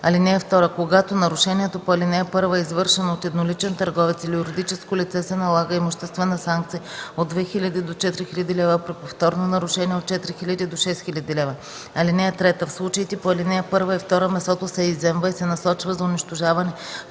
лв. (2) Когато нарушението по ал. 1 е извършено от едноличен търговец или юридическо лице, се налага имуществена санкция от 2000 до 4000 лв., а при повторно нарушение – от 4000 до 6000 лв. (3) В случаите по ал. 1 и 2 месото се изземва и се насочва за унищожаване